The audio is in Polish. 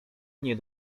nie